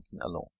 alone